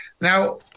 now